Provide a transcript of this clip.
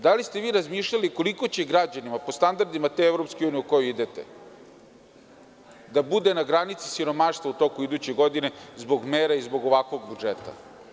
Da li ste razmišljali koliko će građanima po standardima te EU u koju idete da bude na granici siromaštva u toku iduće godine zbog mera i zbog ovakvog budžeta?